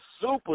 Super